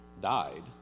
died